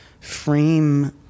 frame